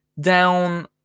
down